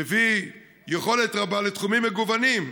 מביאים יכולת רבה בתחומים מגוונים.